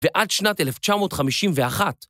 ועד שנת 1951.